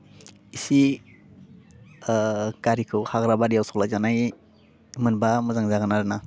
इसे गारिखौ हाग्राबारियाव सलायजानाय मोनबा मोजां जागोन आरो ना